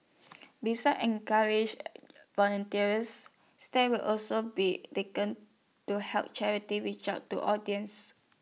besides encourage volunteers step will also be taken to help charity reach out to audience